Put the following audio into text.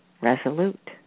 resolute